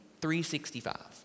365